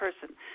person